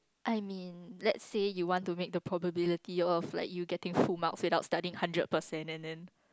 I mean let's say you want to make the probability of like you getting full marks without studying hundred percent and then